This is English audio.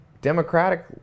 Democratic